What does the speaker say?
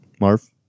marv